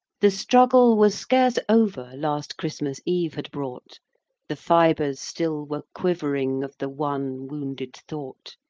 the struggle was scarce over last christmas eve had brought the fibres still were quivering of the one wounded thought,